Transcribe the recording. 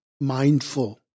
mindful